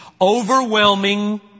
overwhelming